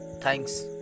thanks